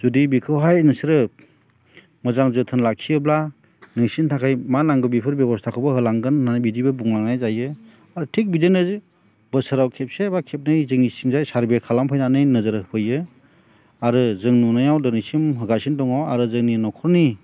जुदि बेखौहाय नोंसोरो मोजां जोथोन लाखियोब्ला नोंसिनि थाखाय मा नांगौ बेफोर बेब'स्थाखौबो होलांगोन होननानै बिदिबो बुंलांनाय जायो आरो थिख बिदिनो बोसोराव खेबसे बा खेबनै जोंनि थिंजाय सारभे खालामफैनानैहाय नोजोर होफैयो आरो जों नुनायाव दिनैसिम होगासिनो दङ आरो जोंनि न'खरनि